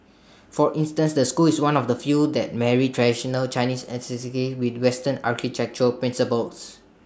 for instance the school is one of the few that married traditional Chinese aesthetics with western architectural principles